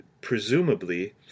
presumably